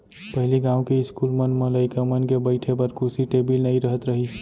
पहिली गॉंव के इस्कूल मन म लइका मन के बइठे बर कुरसी टेबिल नइ रहत रहिस